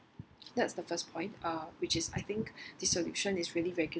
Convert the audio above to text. that's the first point uh which is I think the solution is really regulation